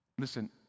Listen